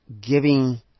giving